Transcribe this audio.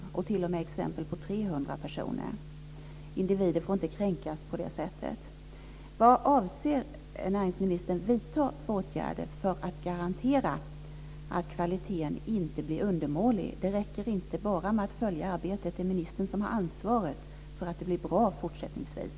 Det finns t.o.m. exempel på 300 personer. Individer får inte kränkas på det sättet. Vad avser näringsministern vidta för åtgärder för att garantera att kvaliteten inte blir undermålig? Det räcker inte bara med att följa arbetet. Det är ministern som har ansvaret för att det blir bra fortsättningsvis.